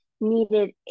needed